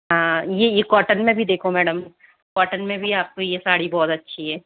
हाँ यह यह कॉटन में भी देखो मैडम कॉटन में भी आपको यह साड़ी बहुत अच्छी है